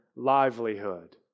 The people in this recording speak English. Livelihood